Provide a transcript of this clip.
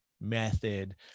method